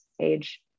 age